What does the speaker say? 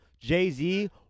Jay-Z